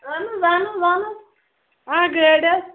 اَہَن حظ اَہَن حظ اَہَن حظ اَکھ گٲڑۍ حظ